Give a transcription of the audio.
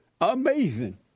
Amazing